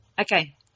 Okay